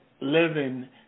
living